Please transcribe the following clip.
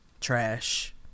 Trash